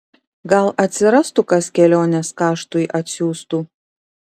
gal atsirastų kas kelionės kaštui atsiųstų